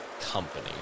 company